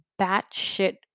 batshit